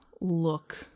look